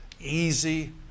easy